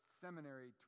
seminary